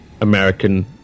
american